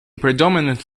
predominant